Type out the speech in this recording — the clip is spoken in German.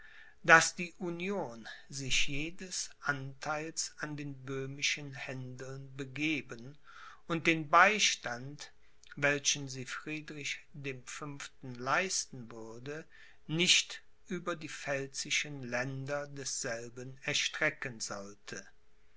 daß die union sich jedes antheils an den böhmischen händeln begeben und den beistand welchen sie friedrich dem fünften leisten würde nicht über die pfälzischen länder desselben erstrecken sollte